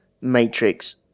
Matrix